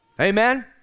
Amen